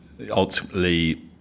ultimately